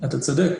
אתה צודק.